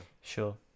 sure